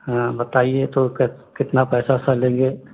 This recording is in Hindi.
हँ बताइए तो कितना पैसा वैसा लेंगे